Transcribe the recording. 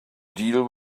deal